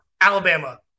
Alabama